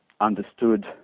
understood